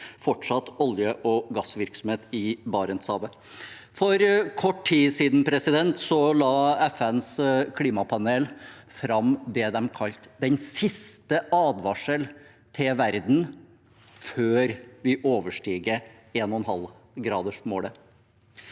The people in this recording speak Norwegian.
fortsatt olje- og gassvirksomhet i Barentshavet. For kort tid siden la FNs klimapanel fram det de kalte den siste advarsel til verden før vi overstiger 1,5-gradersmålet.